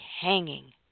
hanging